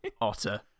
otter